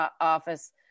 Office